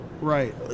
Right